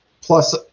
Plus